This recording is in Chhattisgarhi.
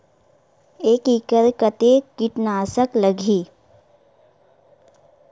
एक एकड़ कतेक किट नाशक लगही?